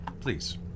please